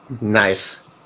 Nice